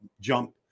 jump